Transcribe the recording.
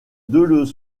deux